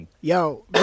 Yo